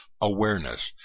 awareness